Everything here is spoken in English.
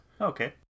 Okay